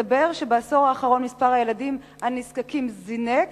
מסתבר שבעשור האחרון מספר הילדים הנזקקים זינק,